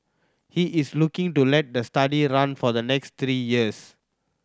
he is looking to let the study run for the next three years